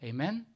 Amen